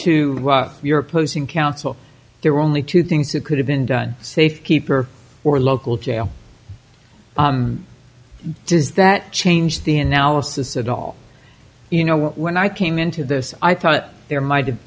to your opposing counsel there were only two things that could have been done safe keeper or local jail does that change the analysis at all you know when i came into this i thought there might have